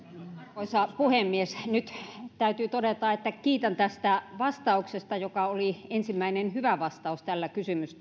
arvoisa puhemies nyt täytyy todeta että kiitän tästä vastauksesta joka oli ensimmäinen hyvä vastaus tällä